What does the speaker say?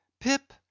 Pip